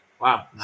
Wow